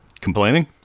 Complaining